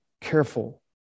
careful